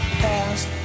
past